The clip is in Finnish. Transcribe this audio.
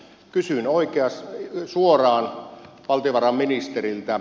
kysyn suoraan valtiovarainministeriltä